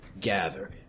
gather